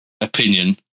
opinion